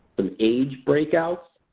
some age breakouts,